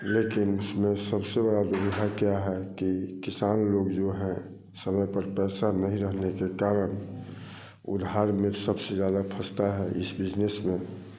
लेकिन इसमें सबसे बड़ा दुविधा क्या है कि किसान लोग जो है समय पर पैसा नहीं रहने के कारण उधार में सबसे ज़्यादा फसता है इस बिजनेस में